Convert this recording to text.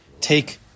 take